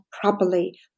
properly